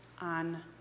on